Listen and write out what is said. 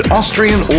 Austrian